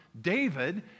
David